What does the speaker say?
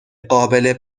قابل